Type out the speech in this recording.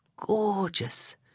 gorgeous